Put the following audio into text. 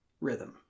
rhythm